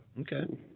Okay